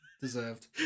deserved